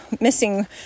missing